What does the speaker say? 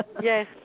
Yes